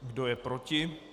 Kdo je proti?